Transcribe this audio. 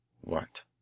What